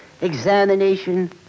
examination